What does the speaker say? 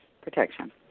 Protection